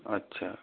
अच्छा